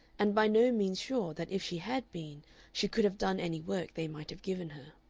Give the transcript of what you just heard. and by no means sure that if she had been she could have done any work they might have given her.